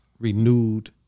renewed